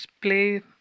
play